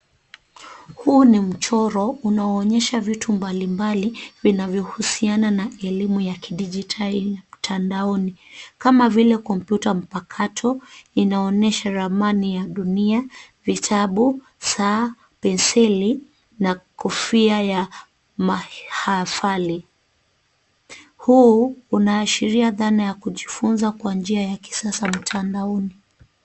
Huu ni mchoro unaoonyesha vitu mbali mbali vinavyohusiana na elimu ya kidijitali ya mtandaoni kama vile: kompyuta mpakato inaonyesha ramani ya dunia, vitabu, saa, penseli na kofia ya mahafali. Huu unaashiria dhana ya kujifunza kwa njia ya kisasa mtandaoni.